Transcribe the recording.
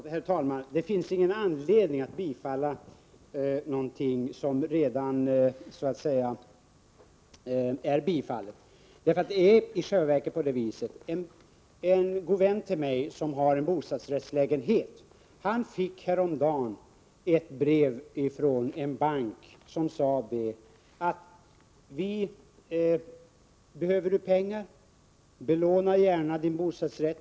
Herr talman! Det finns ingen anledning att bifalla någonting som så att säga redan är bifallet. En god vän till mig som har en bostadsrättslägenhet fick häromdagen ett brev från en bank där det stod: Behöver du pengar? Belåna gärna din bostadsrätt.